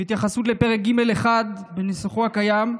בהתייחסות לפרק ג'1 בנוסחו הקיים,